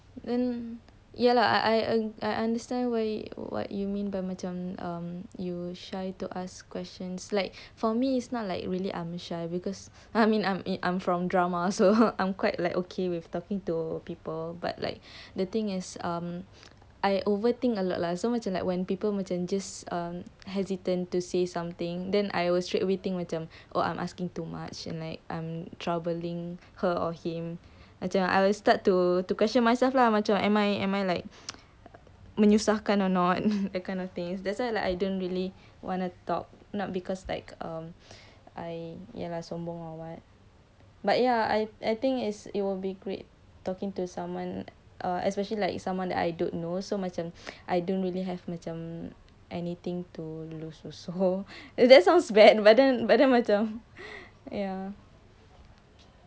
then ya lah I I I understand why what you mean by macam um you shy to ask questions like for me it's not like really I'm shy because I mean I'm in I'm from drama so I'm quite like okay with talking to people but like the thing is um I overthink a lot lah so macam when people macam just hesitant to say something then I will straightaway think oh I'm asking too much and like I'm troubling her or him macam I will start to to question myself lah macam like am I am I like menyusahkan or not that kind of things that's why like I don't really wanna talk not because like um I ya lah sombong or what but ya I I think it's it will be great talking to someone err especially like someone that I don't know so macam I don't really have macam anything to lose so if that sounds bad but then but then macam ya